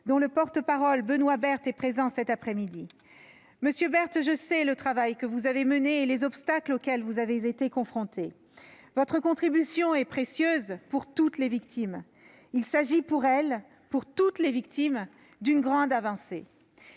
dont le porte-parole Benoît Berthe est présent au Sénat cette après-midi. Monsieur Berthe, je sais le travail que vous avez mené et les obstacles auxquels vous avez été confrontés. Votre contribution est précieuse pour toutes les victimes. Il s'agit pour elles d'une grande avancée.